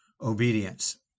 obedience